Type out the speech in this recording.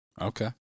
Okay